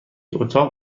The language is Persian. اتاق